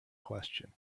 question